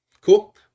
Cool